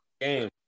game